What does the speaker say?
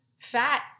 fat